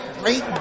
great